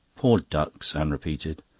poor ducks! anne repeated.